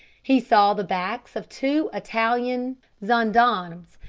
he saw the backs of two italian gendarmes,